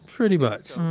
pretty much